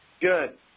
Good